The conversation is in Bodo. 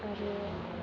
आरो